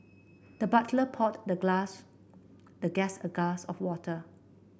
the butler poured the glass the guest a glass of water